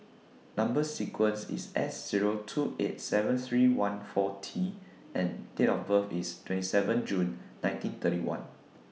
Number sequence IS S two eight seven three one four T and Date of birth IS twenty seven June nineteen thirty one